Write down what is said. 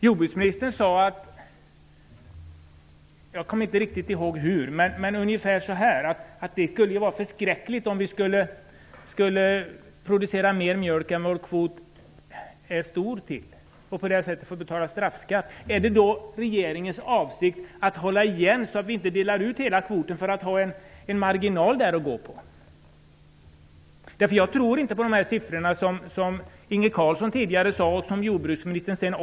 Jordbruksministern sade ungefär att det skulle vara förskräckligt om vi skulle producera mer mjölk än vad vår kvot tillåter och att vi på det sättet skulle få betala straffskatt. Är det då regeringens avsikt att hålla igen så att inte hela kvoten delas ut, så att det blir en marginal? Jag tror inte på de siffror som Inge Carlsson tidigare nämnde och som sedan jordbruksministern nämnde.